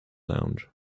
lounge